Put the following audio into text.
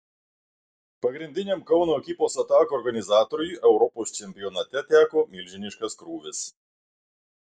pagrindiniam kauno ekipos atakų organizatoriui europos čempionate teko milžiniškas krūvis